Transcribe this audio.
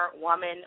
Woman